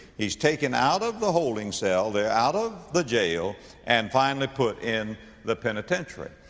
he's taken out of the holding cell there out of the jail and finally put in the penitentiary.